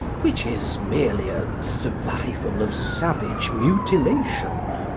which is merely a survival of savage mutilation.